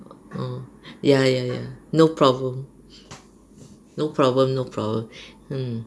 orh ya ya ya no problem no problem no problem mm